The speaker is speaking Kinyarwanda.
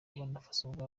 n’abafana